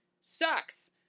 sucks